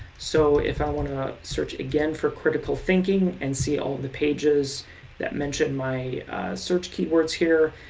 so if i want to search again for critical thinking and see all of the pages that mention my search keywords here.